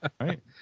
Right